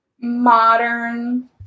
modern